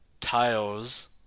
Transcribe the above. tiles